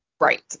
Right